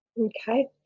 Okay